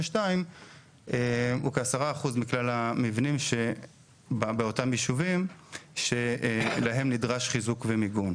הוא כ-10% מכלל המבנים שבאותם ישובים שלהם נדרש חיזוק ומיגון.